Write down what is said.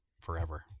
forever